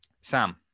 Sam